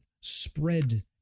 spread